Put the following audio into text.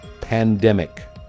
pandemic